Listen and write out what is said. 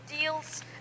deals